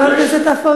חבר הכנסת עפו